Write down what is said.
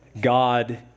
God